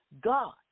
God